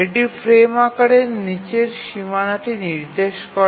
এটি ফ্রেম আকারের নীচের সীমানাটি নির্দিষ্ট করে